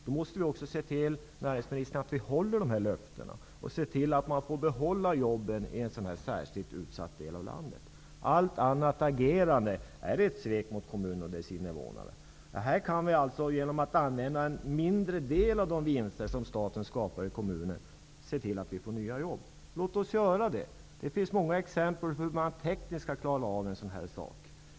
Då måste vi också se till att vi håller löftena, näringsministern, och se till att man får behålla jobben i en så utsatt del av landet. Allt annat agerande är ett svek mot kommunen och dess invånare. Här kan vi genom att använda en mindre del av de vinster som staten skapar i kommunen se till att vi får nya jobb. Låt oss göra det! Det finns många exempel på hur man tekniskt klarar av en sådan sak.